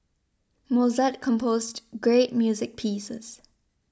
Mozart composed great music pieces